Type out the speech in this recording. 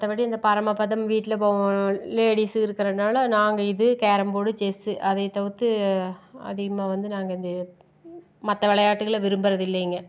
மற்றபடி இந்த பரமபதம் வீட்டில் லேடிஸ் இருக்கிறனால நாங்கள் இது கேரம் போர்டு செஸ் அதையே தவிர்த்து அதிகமாக வந்து நாங்கள் இந்த மற்ற விளையாட்டுகளை விரும்புகிறது இல்லைங்க